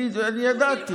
אני ידעתי.